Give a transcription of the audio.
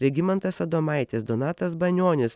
regimantas adomaitis donatas banionis